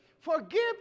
Forgive